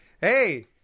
Hey